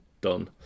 done